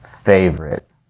favorite